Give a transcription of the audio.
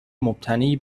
مبتنی